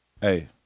hey